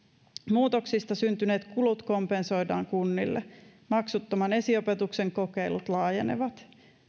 muutoksista syntyneet kulut kompensoidaan kunnille maksuttoman esiopetuksen kokeilut laajenevat